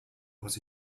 was